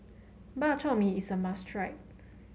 Bak Chor Mee is a must try